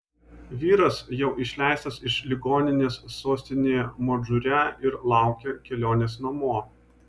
vyras jau išleistas iš ligoninės sostinėje madžūre ir laukia kelionės namo